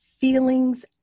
feelings